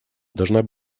должна